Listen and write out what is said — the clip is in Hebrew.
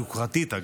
היוקרתית,